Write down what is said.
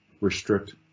restrict